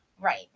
right